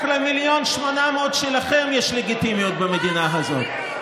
רק ל-1.8 מיליון שלכם יש לגיטימיות במדינה הזאת.